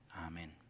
Amen